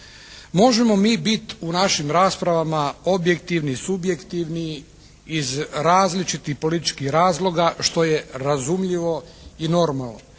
Možemo mi biti u našim raspravama objektivni, subjektivni iz različitih političkih razloga što je razumljivo i normalno.